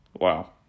Wow